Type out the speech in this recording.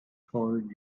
toward